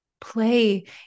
play